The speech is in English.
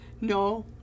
no